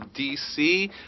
DC